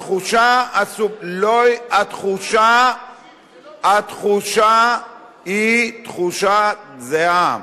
התחושה היא תחושה זהה,